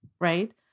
right